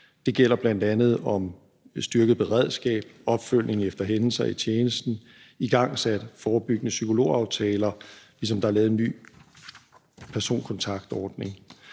Det gælder bl.a. et styrket beredskab, opfølgning efter hændelser i tjenesten og igangsatte forebyggende psykologaftaler, ligesom der er lavet en ny personkontaktordning.